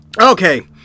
Okay